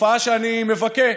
תופעה שאני מבכה,